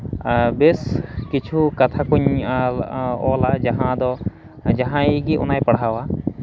ᱟᱨ ᱵᱮᱥ ᱠᱤᱪᱷᱩ ᱠᱟᱛᱷᱟ ᱠᱩᱧ ᱚᱞᱟ ᱡᱟᱦᱟᱸ ᱫᱚ ᱡᱟᱦᱟᱸᱭ ᱜᱮ ᱚᱱᱟᱭ ᱯᱟᱲᱦᱟᱣᱟ